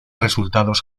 resultados